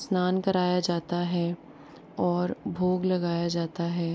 स्नान कराया जाता है और भोग लगाया जाता है